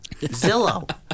Zillow